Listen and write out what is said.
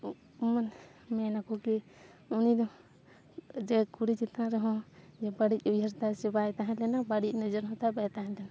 ᱢᱮᱱᱟ ᱠᱚ ᱠᱤ ᱩᱱᱤᱫᱚ ᱡᱮ ᱠᱩᱲᱤ ᱪᱮᱛᱟᱱ ᱨᱮᱦᱚᱸ ᱵᱮᱼᱵᱟᱹᱲᱤᱡ ᱩᱭᱦᱟᱹᱨ ᱛᱟᱭ ᱥᱮ ᱵᱟᱭ ᱛᱟᱦᱮᱸ ᱞᱮᱱᱟ ᱵᱟᱹᱲᱤᱡ ᱱᱚᱡᱚᱨ ᱦᱚᱸᱛᱟᱭ ᱵᱟᱭ ᱛᱟᱦᱮᱸ ᱞᱮᱱᱟ